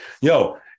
yo